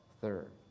third